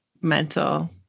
mental